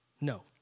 No